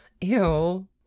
ew